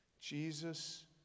Jesus